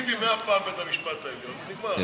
תגידי מאה פעם בית-המשפט העליון ונגמר,